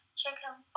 chicken